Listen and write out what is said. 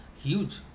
huge